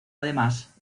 además